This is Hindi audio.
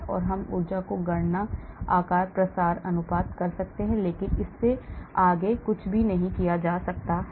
तो हम ऊर्जा की गणना आकार प्रसार अनुरूपता कर सकते हैं लेकिन इससे आगे कुछ भी नहीं किया जा सकता है